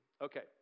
Okay